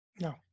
No